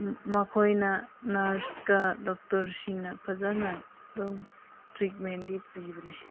ꯃꯈꯣꯏꯅ ꯅꯔꯁꯀ ꯗꯣꯛꯇꯔꯁꯤꯡꯅ ꯐꯖꯅ ꯑꯗꯨꯝ ꯇ꯭ꯔꯤꯠꯃꯦꯟꯗꯤ ꯄꯤꯕꯅꯦ